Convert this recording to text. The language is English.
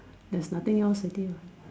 there's nothing else already what